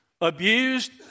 abused